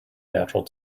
natural